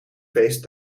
feest